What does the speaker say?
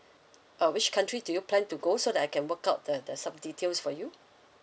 uh which country do you plan to go so that I can work out the the some details for you